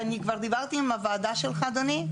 אני כבר דיברתי עם הוועדה שלך אדוני,